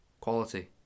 Quality